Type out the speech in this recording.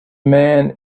man